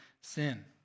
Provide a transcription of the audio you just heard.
sin